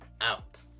out